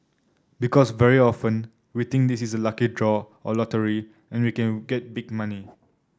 because very often we think this is a lucky draw or lottery and we can get big money